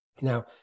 Now